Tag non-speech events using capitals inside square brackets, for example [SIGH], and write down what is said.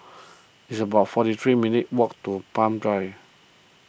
[NOISE] it's about forty three minutes' walk to Palm Drive